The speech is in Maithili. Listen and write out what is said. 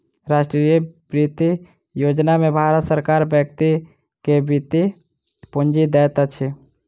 राष्ट्रीय वृति योजना में भारत सरकार व्यक्ति के वृति पूंजी दैत अछि